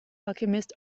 alchemist